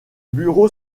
bureau